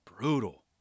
brutal